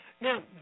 Now